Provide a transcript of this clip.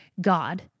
God